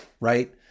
Right